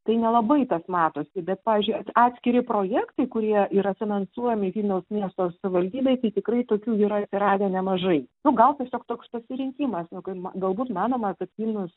tai nelabai tas matosi bet pavyzdžiui at atskiri projektai kurie yra finansuojami vilniaus miesto savivaldybėj tai tikrai tokių yra atsiradę nemažai nu gal tiesiog toks pasirinkimas nu ga galbūt manoma kad vilnius